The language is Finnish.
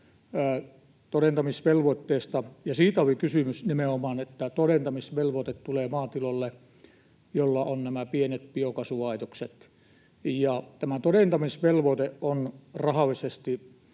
todentamisvelvoitteesta, ja siitä oli kysymys nimenomaan, että todentamisvelvoite tulee maatiloille, joilla on nämä pienet biokaasulaitokset. Tämä todentamisvelvoite on rahallisesti